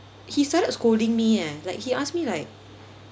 he started scolding me eh like he ask me like